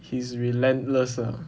he's relentless ah